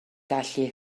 gallu